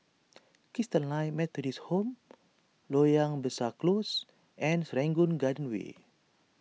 Christalite Methodist Home Loyang Besar Close and Serangoon Garden Way